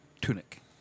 tunic